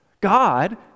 God